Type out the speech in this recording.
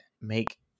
make